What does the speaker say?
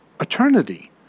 Eternity